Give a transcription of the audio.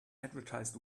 advertised